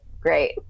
great